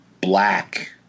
black